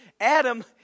Adam